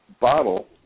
bottle